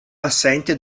assente